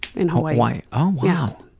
in hawaii. oh wow.